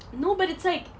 no but it's like